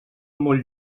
molt